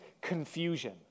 confusion